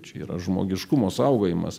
čia yra žmogiškumo saugojimas